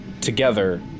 together